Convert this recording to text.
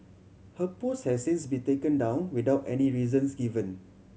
her post has since been taken down without any reasons given